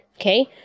Okay